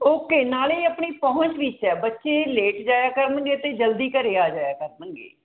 okay ਨਾਲੇ ਆਪਣੀ ਪਹੁੰਚ ਵਿੱਚ ਹੈ ਬੱਚੇ ਲੇਟ ਜਾਇਆ ਕਰਨਗੇ ਅਤੇ ਜਲਦੀ ਘਰ ਆ ਜਾਇਆ ਕਰਨਗੇ